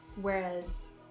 Whereas